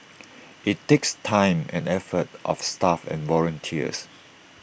IT takes time and effort of staff and volunteers